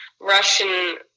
Russian